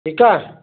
ठीकु आहे